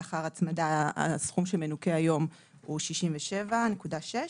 לאחר הצמדה הסכום שמנוכה היום הוא 67.6 שקלים.